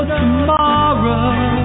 tomorrow